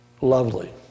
lovely